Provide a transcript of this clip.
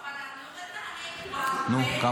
לא לתקוף, אבל אני אומרת לך, אני הייתי בהרבה.